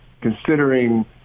considering